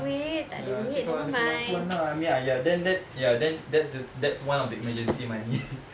ya ya see kalau ada kemampuan lah I mean like ah ya then that ya then that's the that's one of the emergency money